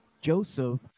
Joseph